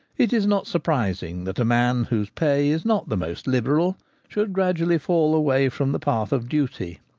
it is not surprising that a man whose pay is not the most liberal should gradually fall away from the path of duty.